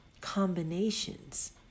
combinations